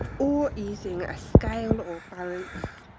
or using a scale or balance,